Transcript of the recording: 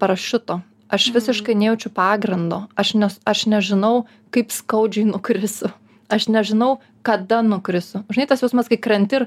parašiuto aš visiškai nejaučiu pagrindo aš nes aš nežinau kaip skaudžiai nukrisiu aš nežinau kada nukrisiu žinai tas jausmas kai krenti ir